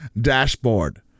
dashboard